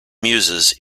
muses